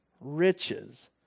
riches